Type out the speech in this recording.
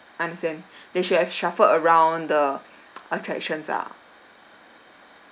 understand they should have shuffled around the attractions lah